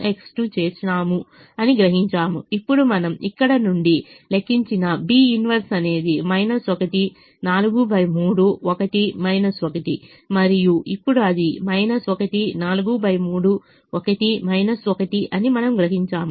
ఇప్పుడు మనము ఇక్కడ నుండి లెక్కించిన B 1 అనేది 1 43 1 1 మరియు ఇప్పుడు అది 1 43 1 1 అని మనము గ్రహించాము